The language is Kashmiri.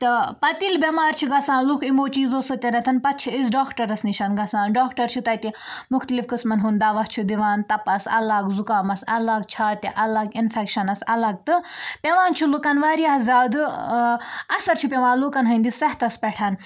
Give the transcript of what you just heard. تہٕ پَتہٕ ییٚلہِ بٮ۪مار چھِ گژھان لُکھ یِمو چیٖزو سۭتٮ۪نَتھ پَتہٕ چھِ أسۍ ڈاکٹَرَس نِش گژھان ڈاکٹَر چھِ تَتہِ مُختلِف قٕسمَن ہُنٛد دَوا چھُ دِوان تَپَس اَلگ زُکامَس اَلگ چھاتہِ الگ اِنفٮ۪کشَنَس اَلَگ تہٕ پٮ۪وان چھُ لُکَن واریاہ زیادٕ اَثر چھُ پٮ۪وان لُکَن ہٕنٛدِس صحتَس پٮ۪ٹھ